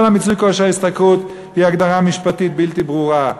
כל מיצוי כושר ההשתכרות זה הגדרה משפטית בלתי ברורה.